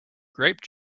grape